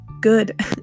good